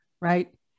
right